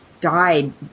died